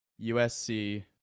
USC